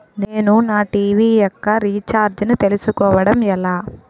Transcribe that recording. నేను నా టీ.వీ యెక్క రీఛార్జ్ ను చేసుకోవడం ఎలా?